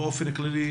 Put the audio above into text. באופן כללי,